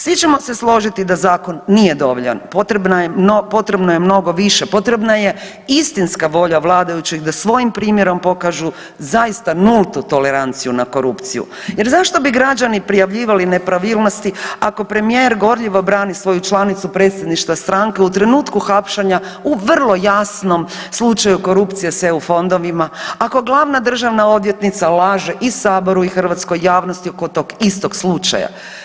Svi ćemo se složiti da zakon nije dovoljan, potrebno je mnogo više, potrebna je istinska volja vladajućih da svojim primjerom pokažu zaista nultu toleranciju na korupciju jer zašto bi građani prijavljivali nepravilnosti ako premijer gorljivo brani svoju članicu predsjedništva stranke u trenutku hapšenja u vrlo jasnom slučaju korupcije s eu fondovima, ako glavna državna odvjetnica laže i saboru i hrvatskoj javnosti oko tog istog slučaja.